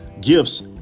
gifts